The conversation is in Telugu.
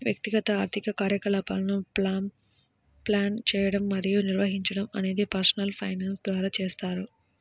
వ్యక్తిగత ఆర్థిక కార్యకలాపాలను ప్లాన్ చేయడం మరియు నిర్వహించడం అనేది పర్సనల్ ఫైనాన్స్ ద్వారా చేస్తారు